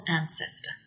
ancestor